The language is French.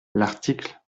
l’article